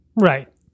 Right